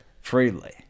freely